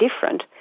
different